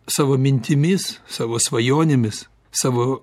savo mintimis savo svajonėmis savo